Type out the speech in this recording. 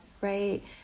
Right